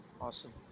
Awesome